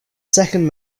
second